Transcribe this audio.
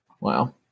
Wow